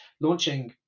launching